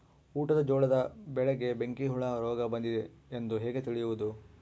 ಊಟದ ಜೋಳದ ಬೆಳೆಗೆ ಬೆಂಕಿ ಹುಳ ರೋಗ ಬಂದಿದೆ ಎಂದು ಹೇಗೆ ತಿಳಿಯುವುದು?